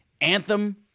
Anthem